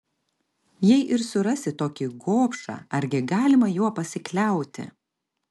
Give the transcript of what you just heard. jei ir surasi tokį gobšą argi galima juo pasikliauti